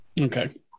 Okay